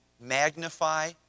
magnify